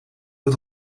het